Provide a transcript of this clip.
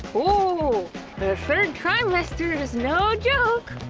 ooh, the third trimester is no joke!